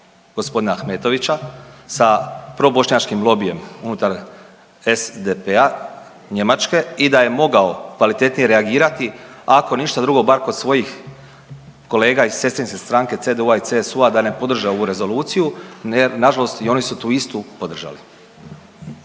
g. Ahmetovića, sa probošnjačkim lobijem unutar SDP-a Njemačke i da je mogao kvalitetnije reagirati, ako ništa drugo, bar kod svojih kolega iz sestrinske stranke, CDU-a i CSU-a da ne podrže ovu rezoluciju jer nažalost i oni su tu istu podržali.